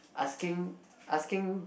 asking asking